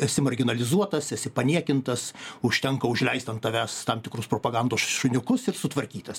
esi marginalizuotas esi paniekintas užtenka užleist ant tavęs tam tikrus propagandos šuniukus ir sutvarkytas